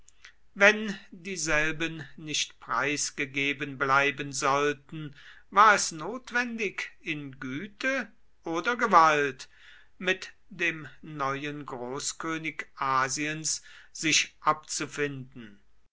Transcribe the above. wenn dieselben nicht preisgegeben bleiben sollten war es notwendig in güte oder gewalt mit dem neuen großkönig asiens sich abzufinden